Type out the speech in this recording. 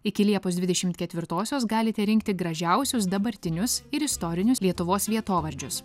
iki liepos dvidešimt ketvirtosios galite rinkti gražiausius dabartinius ir istorinius lietuvos vietovardžius